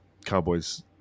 Cowboys